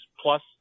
plus